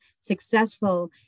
successful